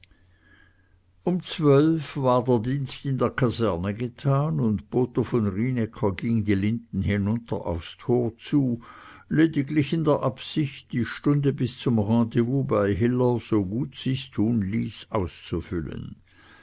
um zwölf war der dienst in der kaserne getan und botho von rienäcker ging die linden hinunter aufs tor zu lediglich in der absicht die stunde bis zum rendezvous bei hiller so gut sich's tun ließ auszufüllen